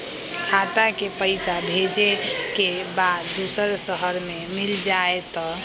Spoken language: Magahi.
खाता के पईसा भेजेए के बा दुसर शहर में मिल जाए त?